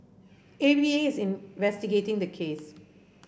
A V A is investigating the case